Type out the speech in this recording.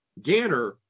Ganner